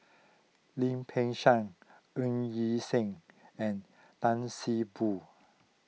Lim Peng Siang Ng Yi Sheng and Tan See Boo